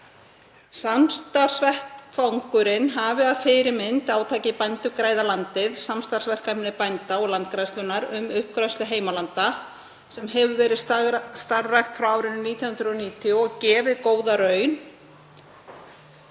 Samstarfsvettvangurinn hafi að fyrirmynd átakið Bændur græða landið, samstarfsverkefni bænda og Landgræðslunnar um uppgræðslu heimalanda, sem hefur verið starfrækt frá árinu 1990 og gefið góða raun.